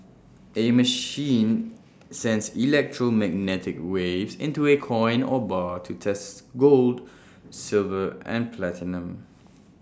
A machine sends electromagnetic waves into A coin or bar to test gold silver and platinum